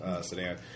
sedan